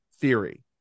theory